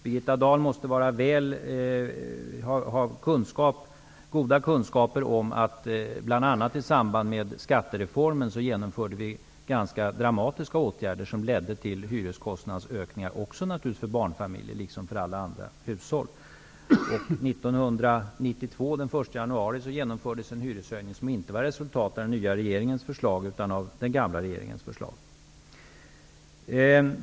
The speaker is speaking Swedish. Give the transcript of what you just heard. Birgitta Dahl måste ha goda kunskaper om att vi bl.a. i samband med skattereformen genomförde ganska dramatiska åtgärder som ledde till hyreskostnadsökningar för barnfamiljer liksom för alla andra hushåll. Den 1 januari 1992 genomfördes en hyreshöjning som inte var resultatet av den nya regeringens förslag utan av den gamla regeringens förslag.